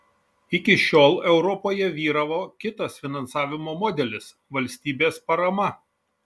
iki šiol europoje vyravo kitas finansavimo modelis valstybės parama